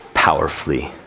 powerfully